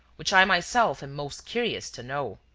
which i myself am most curious to know.